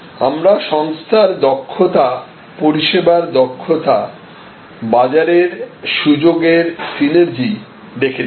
আমরা সংস্থার দক্ষতা পরিষেবার দক্ষতা বাজারের সুযোগের সিনেরজি দেখেছি